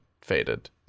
faded